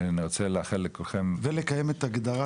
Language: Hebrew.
אני רוצה לאחל לכולכם --- ולקיים את הגדרת